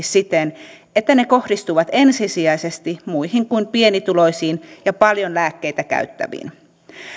siten että ne kohdistuvat ensisijaisesti muihin kuin pienituloisiin ja paljon lääkkeitä käyttäviin